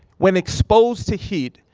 when exposed to heat,